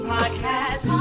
Podcast